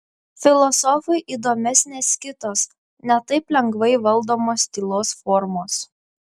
filosofui įdomesnės kitos ne taip lengvai valdomos tylos formos